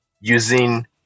using